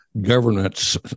governance